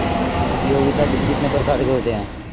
उपयोगिता बिल कितने प्रकार के होते हैं?